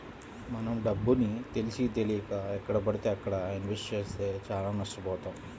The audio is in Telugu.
మనం డబ్బుని తెలిసీతెలియక ఎక్కడబడితే అక్కడ ఇన్వెస్ట్ చేస్తే చానా నష్టబోతాం